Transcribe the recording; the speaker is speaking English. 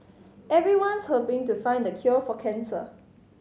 everyone's hoping to find the cure for cancer